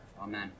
Amen